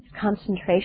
concentration